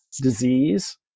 disease